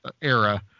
era